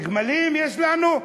גמלים יש לנו.